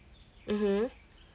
mmhmm